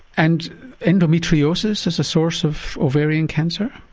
and endometriosis is a source of ovarian cancer?